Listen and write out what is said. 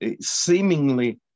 seemingly